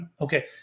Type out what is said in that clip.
okay